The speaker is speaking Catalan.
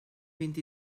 vint